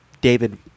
David